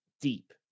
deep